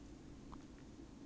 when I